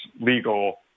legal